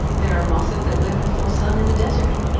there are mosses that live in full sun in the desert,